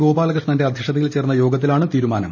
ഗോപാലകൃഷ്ണന്റെ അധ്യക്ഷതയിൽ ചേർന്ന യോഗത്തിലാണ് തീരുമാനം